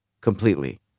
Completely